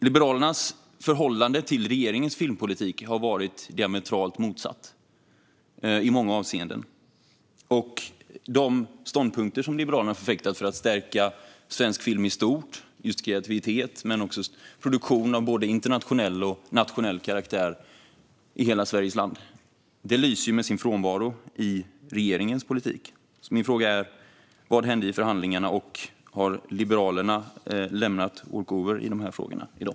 Liberalernas förhållande till regeringens filmpolitik har varit diametralt motsatt i många avseenden. De ståndpunkter som Liberalerna förfäktar för att stärka svensk film i stort - just kreativitet men också produktion av både internationell och nationell karaktär i hela Sverige - lyser med sin frånvaro i regeringens politik. Min fråga är därför: Vad händer i förhandlingarna, och har Liberalerna lämnat walkover i dessa frågor i dag?